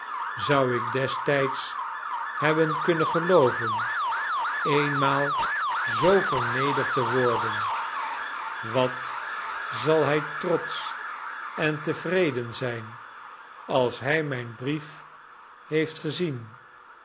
zou ik destijds hebben kunnen gelooven eenmaal zoo vernederd te worden wat zal hij trotsch en tevreden zijn als hij mijn brief heeft gezien